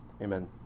Amen